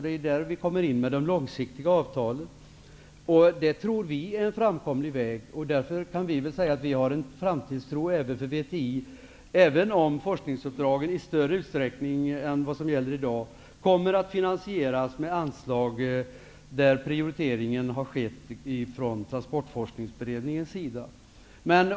Det är där som vi kommer in med de långsiktiga avtalen. Det tror vi är en framkomlig väg. Därför kan vi väl säga att vi har en framtidstro även för VTI, även om forskningsuppdragen i större utsträckning än vad som gäller i dag kommer att finansieras med anslag för vilka Transportforskningsberedningen har gjort prioriteringen.